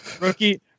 Rookie